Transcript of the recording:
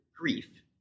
grief